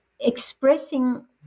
expressing